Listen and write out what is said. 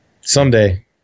someday